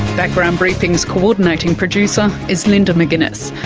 background briefing's co-ordinating producer is linda mcginness,